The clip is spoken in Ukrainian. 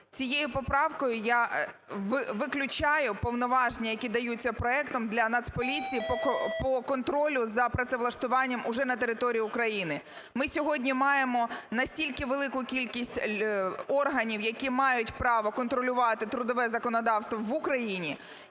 Цією поправкою я виключаю повноваження, які даються проектом для Нацполіції по контролю за працевлаштуванням уже на території України. Ми сьогодні маємо настільки велику кількість органів, які мають право контролювати трудове законодавство в Україні